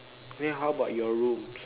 then how about your room